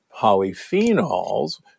polyphenols